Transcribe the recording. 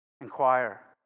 Inquire